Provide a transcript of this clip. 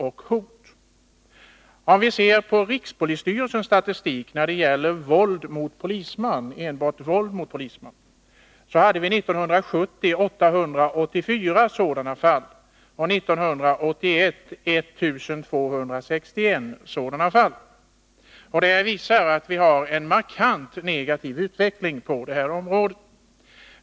Om vi ser på rikspolisstyrelsens statistik för enbart våld mot polisman finner vi att antalet sådana fall år 1970 var 884 och år 1981 var 1 261. Detta visar att vi har en markant negativ utveckling på det här området.